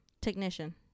technician